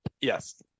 yes